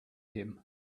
him